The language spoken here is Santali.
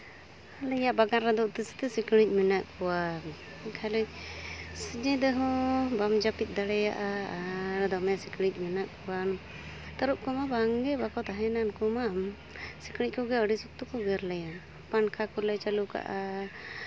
ᱟᱞᱮᱭᱟᱜ ᱵᱟᱜᱟᱱ ᱨᱮᱫᱚ ᱩᱛᱤ ᱥᱩᱛᱤ ᱥᱤᱠᱲᱤᱡ ᱢᱮᱱᱟᱜ ᱠᱚᱣᱟ ᱠᱷᱟᱹᱞᱤ ᱥᱚᱡᱷᱮ ᱛᱮᱦᱚᱸ ᱵᱟᱢ ᱡᱟᱹᱯᱤᱫ ᱫᱟᱲᱮᱭᱟᱜᱼᱟ ᱫᱚᱢᱮ ᱥᱤᱠᱲᱤᱡ ᱢᱮᱱᱟᱜ ᱠᱚᱣᱟ ᱛᱟᱹᱨᱩᱵ ᱠᱚᱢᱟ ᱵᱟᱝᱜᱮ ᱵᱟᱠᱚ ᱛᱟᱦᱮᱱᱟ ᱩᱱᱠᱩ ᱢᱟ ᱥᱤᱠᱲᱤᱡ ᱠᱚᱜᱮ ᱟᱹᱰᱤ ᱥᱚᱠᱛᱚ ᱠᱚ ᱜᱮᱨ ᱞᱮᱭᱟ ᱯᱟᱝᱠᱷᱟ ᱠᱚᱞᱮ ᱪᱟᱹᱞᱩ ᱠᱟᱜᱼᱟ